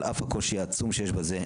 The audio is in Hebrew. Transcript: על אף הקושי שיש בזה,